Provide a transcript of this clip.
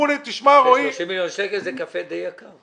30 מיליון שקלים, זה קפה די יקר.